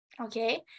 okay